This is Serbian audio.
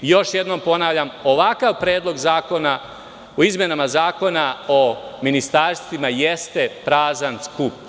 Još jednom ponavljam ovakav Predlog zakona o izmenama Zakona o ministarstvima jeste prazan skup.